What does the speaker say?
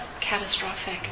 catastrophic